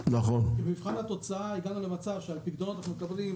ובמבחן התוצאה הגענו למצב שעל פיקדונות אנחנו מקבלים,